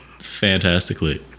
fantastically